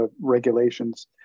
regulations